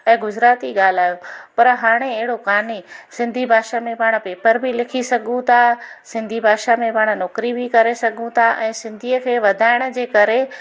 ऐं गुजराती ॻाल्हायो पर हाणे अहिड़ो काने सिंधी भाषा में पाणि पेपर बि लिखी सघूं था सिंधी भाषा में पाणि नौकिरी बि करे सघूं था ऐं सिंधीअ खे वधाइण जे करे